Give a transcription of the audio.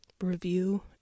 review